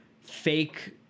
fake